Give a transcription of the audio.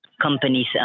companies